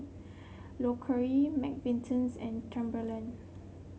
Loacker McVitie's and Timberland